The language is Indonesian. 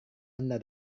anda